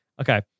Okay